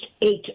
eight